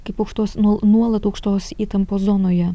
kaip aukštos nuol nuolat aukštos įtampos zonoje